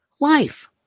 life